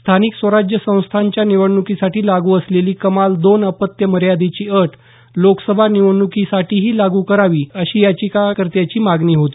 स्थानिक स्वराज्य संस्थांच्या निवडणुकीसाठी लागू असलेली कमाल दोन अपत्य मर्यादेची अट लोकसभा निवडणुकीसाठीही लागू करावी अशी याचिकाकर्त्याची मागणी होती